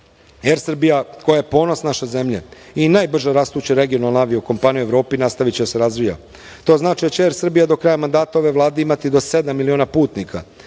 Air Srbija, koja je ponos naše zemlje i najbrža rastuća regionalna avio kompanija u Evropi, nastaviće da se razvija. To znači da će Air Srbija do kraja mandata ove Vlade imati do sedam miliona putnika,